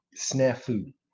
Snafu